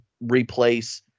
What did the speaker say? replace